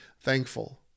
thankful